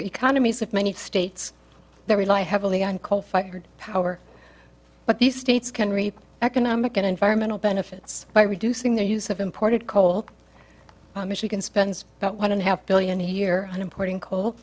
the economies of many states that rely heavily on coal fired power but these states can reap economic and environmental benefits by reducing their use of imported coal michigan spends about one and a half billion a year on importing co